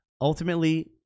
ultimately